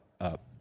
up